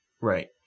Right